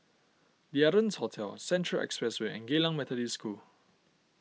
the Ardennes Hotel Central Expressway and Geylang Methodist School